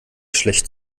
schlecht